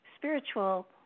spiritual